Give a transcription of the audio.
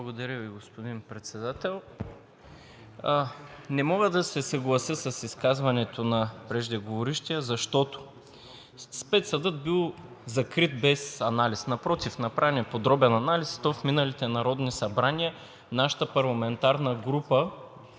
Благодаря Ви, господин Председател. Не мога да се съглася с изказването на преждеговорившия, защото Спецсъдът бил закрит без анализ. Напротив, направен е подробен анализ и в миналите народни събрания нашата парламентарна група